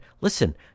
Listen